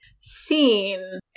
seen